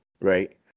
right